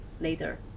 later